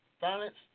Violence